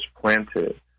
planted